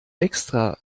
extra